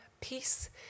peace